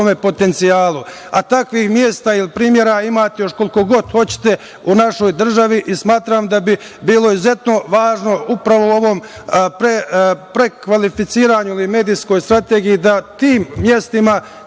A takvih mesta i primera imate koliko god hoćete u našoj državi. Smatram da bi bilo izuzetno važno, upravo u ovom prekvalificiranju ili medijskoj strategiji, da tim mestima koja